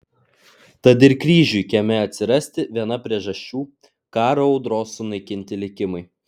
tad ir kryžiui kieme atsirasti viena priežasčių karo audros sunaikinti likimai